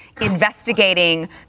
investigating